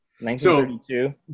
1932